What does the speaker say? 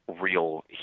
real